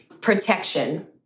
protection